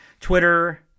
Twitter